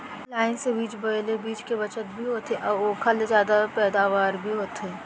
line से बीज बोए ले बीच के बचत भी होथे अउ ओकर ले जादा पैदावार भी होथे